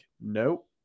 Nope